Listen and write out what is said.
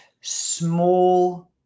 small